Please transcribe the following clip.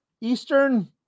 Eastern